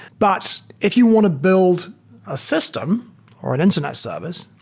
but if you want to build a system or an internet service,